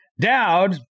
Dowd